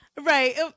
Right